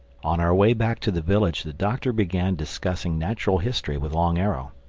on our way back to the village the doctor began discussing natural history with long arrow.